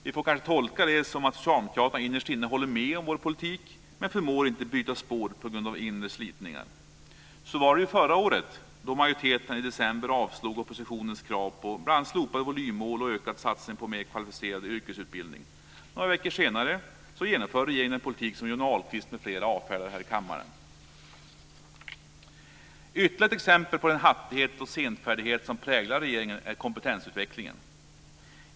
Vi får kanske tolka det som att socialdemokraterna innerst inne håller med om vår politik, men att man inte förmår byta spår på grund av inre slitningar. Så var det ju förra året då majoriteten i december avslog oppositionens krav på bl.a. slopade volymmål och en ökad satsning på mer kvalificerad yrkesutbildning. Några veckor senare genomför regeringen den politik som Johnny Ahlqvist m.fl. avfärdat här i kammaren. Ytterligare ett exempel på den hattighet och senfärdighet som präglar regeringen är kompetensutvecklingen.